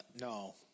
No